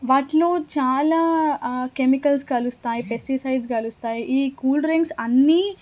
వాటిలో చాలా కెమికల్స్ కలుస్తాయి పెస్టిసైడ్స్ కలుస్తాయి ఈ కూల్డ్రింక్స్ అన్నీ